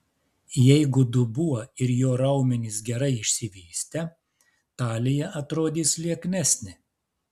jeigu dubuo ir jo raumenys gerai išsivystę talija atrodys lieknesnė